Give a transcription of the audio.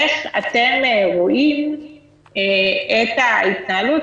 איך אתם רואים את ההתנהלות,